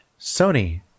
Sony